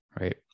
right